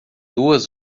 duas